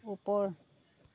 ওপৰ